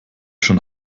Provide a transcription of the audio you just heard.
schon